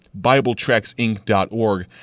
bibletracksinc.org